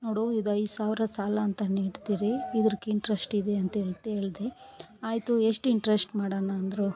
ನೋಡು ಇದು ಐದು ಸಾವಿರ ಸಾಲ ಅಂತ ನೀಡ್ತಿರಿ ಇದ್ರಕ್ಕೆ ಇಂಟ್ರೆಷ್ಟಿದೆ ಅಂತ ಹೇಳ್ತ ಹೇಳ್ದೆ ಆಯಿತು ಎಷ್ಟು ಇಂಟ್ರೆಷ್ಟ್ ಮಾಡೋಣ ಅಂದರು